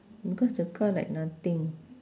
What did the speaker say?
because the car like nothing